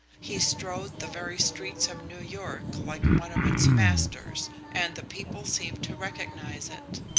he strode the very streets of new york like one of its masters and the people seemed to recognise it.